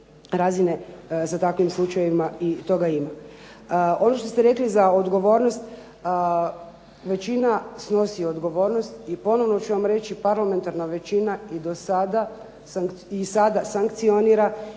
razine sa takvim slučajevima i toga ima. Ono što ste rekli za odgovornost, većina snosi odgovornost i ponovno ću vam reći, parlamentarna većina i sada sankcionira i radi